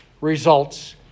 results